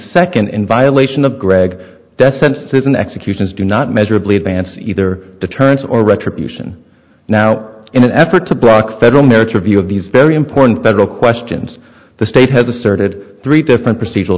second in violation of greg death sentences in executions do not measurably advance either deterrence or retribution now in an effort to block federal marriage or view of these very important federal questions the state has asserted three different procedural